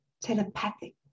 Telepathic